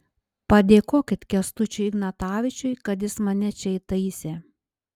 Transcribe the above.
padėkokit kęstučiui ignatavičiui kad jis mane čia įtaisė